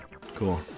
Cool